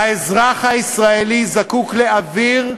האזרח הישראלי זקוק לאוויר,